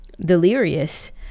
delirious